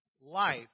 life